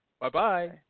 Bye-bye